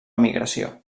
migració